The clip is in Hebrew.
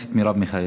הכנסת מרב מיכאלי.